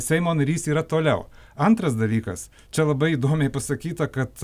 seimo narys yra toliau antras dalykas čia labai įdomiai pasakyta kad